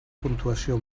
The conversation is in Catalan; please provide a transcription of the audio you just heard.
puntuació